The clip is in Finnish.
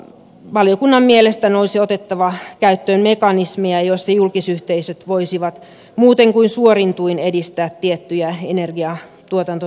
valiokunnan mielestä olisi otettava käyttöön mekanismeja joissa julkisyhteisöt voisivat muuten kuin suorin tuin edistää tiettyjä energiantuotantotapoja